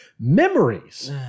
memories